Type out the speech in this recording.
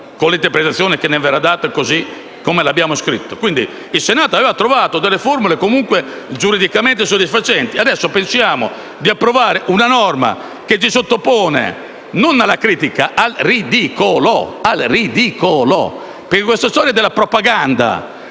con l'interpretazione che verrà data al testo così come l'abbiamo scritto. Il Senato aveva trovato delle formule comunque giuridicamente soddisfacenti, ora pensiamo di approvare una norma che si sottopone non alla critica, ma al ridicolo, perché questa storia della propaganda